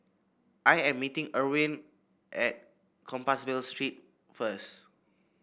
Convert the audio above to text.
I am meeting Irvin at Compassvale Street first